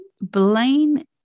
Blaine